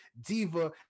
Diva